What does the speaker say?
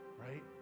Right